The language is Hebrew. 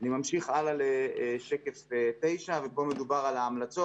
אני ממשיך הלאה לשקף 9. פה מדובר על ההמלצות,